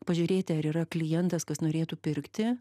pažiūrėti ar yra klientas kas norėtų pirkti